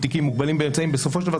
תיקים מוגבלים באמצעים בסופו של דבר,